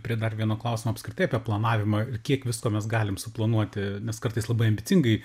prie dar vieno klausimo apskritai apie planavimą ir kiek visko mes galim suplanuot nes kartais labai ambicingai